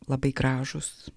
labai gražūs